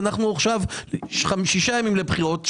אנחנו שישה ימים לפני בחירות.